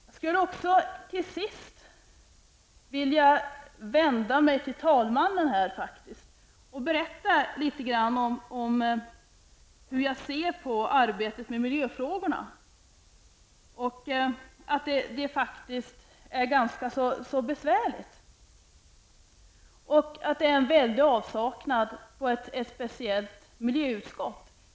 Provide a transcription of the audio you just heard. Jag skulle också vilja vända mig till talmannen och berätta litet om hur jag ser på arbetet med miljöfrågorna. Det arbetet är faktiskt ganska besvärligt i avsaknad av ett speciellt miljöutskott.